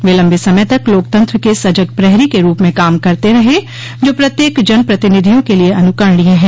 वे लम्बे समय तक लोकतंत्र के सजग प्रहरी के रूप में काम करते रहे जो प्रत्येक जनप्रतिनिधियों के लिये अनुकरणीय है